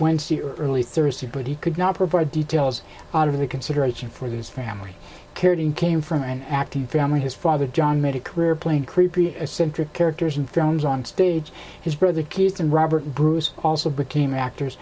wednesday early thursday but he could not provide details of the consideration for his family cared in came from an acting family his father john made a career playing creepy centric characters and friends on stage his brother kids and robert bruce also became actors